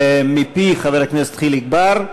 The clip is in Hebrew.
מפי חבר הכנסת חיליק בר.